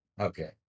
Okay